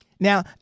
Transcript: Now